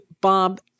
Bob